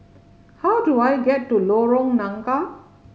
how do I get to Lorong Nangka